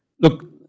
look